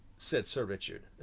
said sir richard.